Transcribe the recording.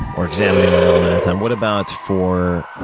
or examining one element at a time. what about for